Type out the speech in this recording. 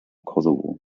kosovo